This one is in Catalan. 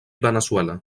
veneçuela